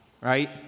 right